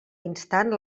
instant